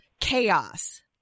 chaos